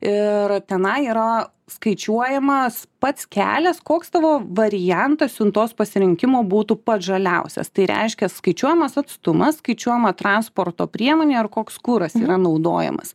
ir tenai yra skaičiuojamas pats kelias koks tavo variantas siuntos pasirinkimo būtų pats žaliausias tai reiškia skaičiuojamas atstumas skaičiuojama transporto priemonė ir koks kuras yra naudojamas